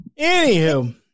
Anywho